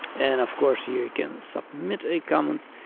and of course you can submit a comment.